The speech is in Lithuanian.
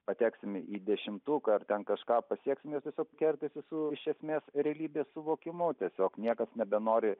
pateksime į dešimtuką ar ten kažką pasieksime tiesiog kertasi su iš esmės realybės suvokimu tiesiog niekas nebenori